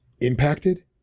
impacted